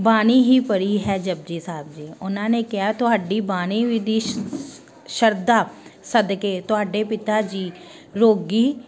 ਬਾਣੀ ਹੀ ਪੜ੍ਹੀ ਹੈ ਜਪੁਜੀ ਸਾਹਿਬ ਜੀ ਉਹਨਾਂ ਨੇ ਕਿਹਾ ਤੁਹਾਡੀ ਬਾਣੀ ਵਿਧੀ ਸ਼ ਸ਼ਰਧਾ ਸਦਕੇ ਤੁਹਾਡੇ ਪਿਤਾ ਜੀ ਰੋਗੀ